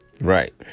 Right